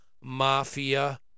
mafia